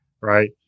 right